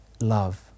love